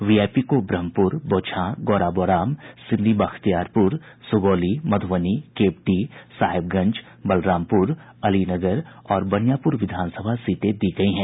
VIP को ब्रहमपुर बोचहां गौराबोराम सिमरी बख्तियारपुर सुगौली मधुबनी केवटी साहेबगंज बलरामपुर अलीनगर और बनियापुर विधानसभा सीटें दी गयी हैं